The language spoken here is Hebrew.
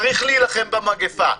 צריך להילחם במגפה,